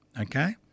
okay